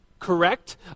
correct